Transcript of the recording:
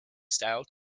style